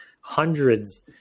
hundreds